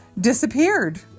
disappeared